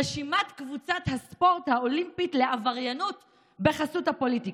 רשימת קבוצת הספורט האולימפית לעבריינות בחסות הפוליטיקה.